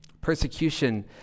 Persecution